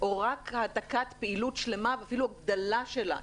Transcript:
או רק העתקת פעילות שלמה ואפילו דלה שלה,